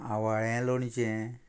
आवाळे लोणचें